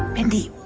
mindy,